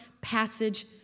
passage